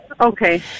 Okay